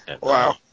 wow